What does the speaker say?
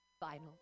Final